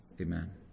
Amen